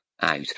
out